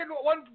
one